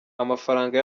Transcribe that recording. amafaranga